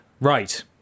Right